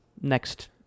next